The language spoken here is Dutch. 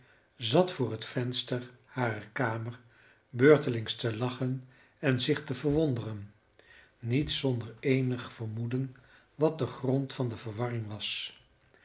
zat voor het venster harer kamer beurtelings te lachen en zich te verwonderen niet zonder eenig vermoeden wat de grond van die verwarring was